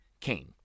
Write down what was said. Kane